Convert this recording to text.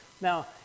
Now